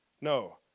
No